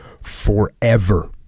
forever